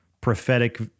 prophetic